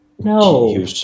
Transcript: No